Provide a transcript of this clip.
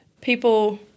People